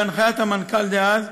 בהנחיית המנכ"ל דאז,